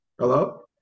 Hello